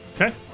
Okay